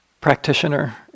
practitioner